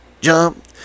jump